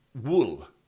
wool